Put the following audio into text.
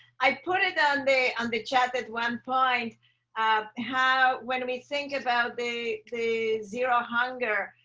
i put it on there on the chat at one point how when we think about the the zero hunger,